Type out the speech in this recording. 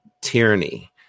tyranny